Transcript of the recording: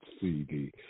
CD